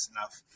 enough